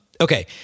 Okay